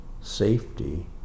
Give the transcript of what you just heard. safety